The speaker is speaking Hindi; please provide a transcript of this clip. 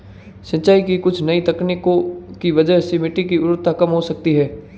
सिंचाई की कुछ नई तकनीकों की वजह से मिट्टी की उर्वरता कम हो सकती है